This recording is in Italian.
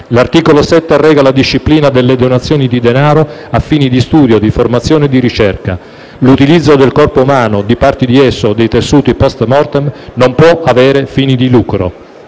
L'articolo 7 reca la disciplina delle donazioni di denaro a fini di studio, di formazione e di ricerca. L'utilizzo del corpo umano, di parti di esso o dei tessuti *post mortem* non può avere fini di lucro.